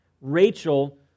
Rachel